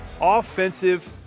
Offensive